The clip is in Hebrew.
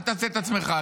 אל תעשה את עצמך.